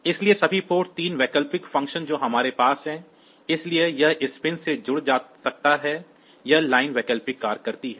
इसलिए सभी पोर्ट 3 वैकल्पिक फ़ंक्शन जो हमारे पास हैं इसलिए यह इस पिन से जुड़ा जा सकता है यह लाइनें वैकल्पिक कार्य करती हैं